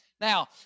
Now